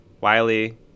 Wiley